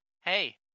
Hey